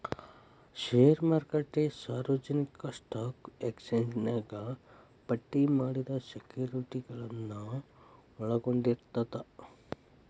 ಷೇರು ಮಾರುಕಟ್ಟೆ ಸಾರ್ವಜನಿಕ ಸ್ಟಾಕ್ ಎಕ್ಸ್ಚೇಂಜ್ನ್ಯಾಗ ಪಟ್ಟಿ ಮಾಡಿದ ಸೆಕ್ಯುರಿಟಿಗಳನ್ನ ಒಳಗೊಂಡಿರ್ತದ